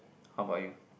how about you